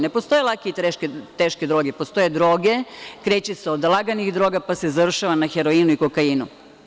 Ne postoje lake i teške droge, postoje droge, kreće se od laganih droga, pa se završava na heroinu i kokainu.